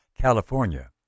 California